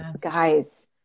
guys